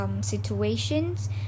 situations